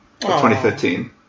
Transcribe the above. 2015